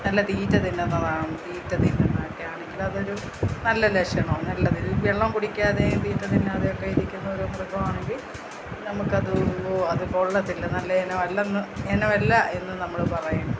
നല്ല തീറ്റ തിന്നുന്നതാണെന്നും തീറ്റ തിന്നുന്നതൊക്കെയാണെങ്കിൽ അതൊരു നല്ല ലക്ഷണമാണ് നല്ലത് വെള്ളം കുടിക്കാതെയും തീറ്റ തിന്നാതെയൊക്കെ ഇരിക്കുന്ന ഒരു മൃഗമാണെങ്കിൽ നമുക്ക് അത് ഓ അത് കൊള്ളത്തില്ല നല്ലയിനം അല്ലെന്ന് ഇനമല്ല എന്നു നമ്മൾ പറയും